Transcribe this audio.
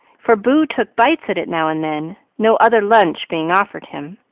for boo took bites at it now and then, no other lunch being offered him.